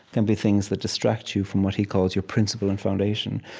can be things that distract you from what he calls your principle and foundation,